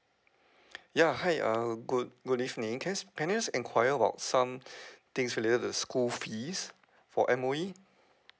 ya hi uh good good evening can can you just inquire about some things related to the school fees for M_O_E